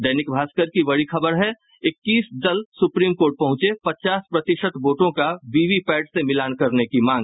दैनिक भास्कर की बड़ी खबर है इक्कीस दल सुप्रीम कोर्ट पहुंचे पचास प्रतिशत वोटों का वीवीपैट से मिलान करने की मांग